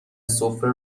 سفره